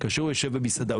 כאשר הוא יושב במסעדה,